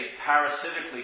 parasitically